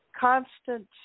constant